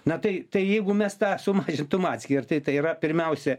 na tai tai jeigu mes tą sumažimtum atskirti tai yra pirmiausia